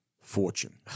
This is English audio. fortune